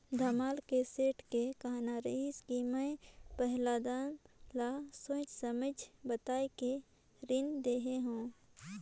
धमधा के सेठ के कहना रहिस कि मैं पहलाद ल सोएझ सोएझ बताये के रीन देहे हो